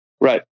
Right